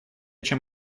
чем